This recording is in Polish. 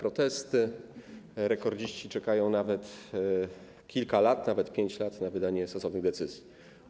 Rekordziści czekają czasem kilka lat, nawet 5 lat, na wydanie stosownych decyzji.